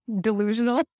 Delusional